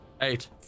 Eight